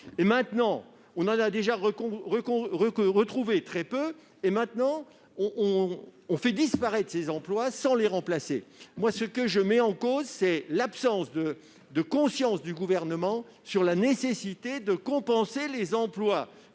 Et alors que l'on en a retrouvé très peu, on fait disparaître ces emplois sans les remplacer ! Ce que je mets en cause, c'est l'absence de conscience du Gouvernement sur la nécessité de compenser les emplois